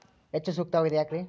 ಹೆಚ್ಚು ಸೂಕ್ತವಾಗಿದೆ ಯಾಕ್ರಿ?